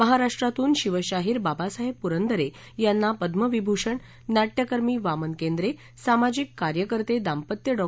महाराष्ट्रातून शिवशाहीर बाबासाहेब पुरंदरे यांना पद्यविभूषण नाट्यकर्मी वामन केंद्रे सामाजिक कार्यकर्ते दांपत्य डॉ